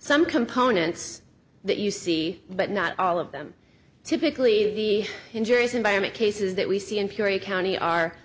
some components that you see but not all of them typically the injuries environment cases that we see in purity county are